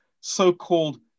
so-called